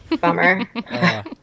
Bummer